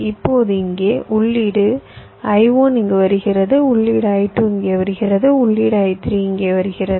இப்போது இங்கே உள்ளீடு I1 இங்கு வருகிறது உள்ளீடு I2 இங்கே வருகிறது உள்ளீடு I3 வருகிறது